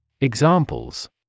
Examples